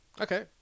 Okay